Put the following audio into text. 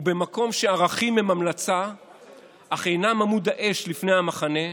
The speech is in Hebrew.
במקום שערכים הם המלצה אך אינם עמוד האש לפני המחנה,